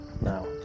now